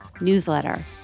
newsletter